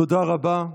תודה רבה.